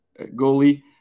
goalie